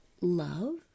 love